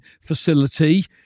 facility